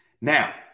Now